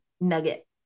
nugget